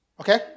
Okay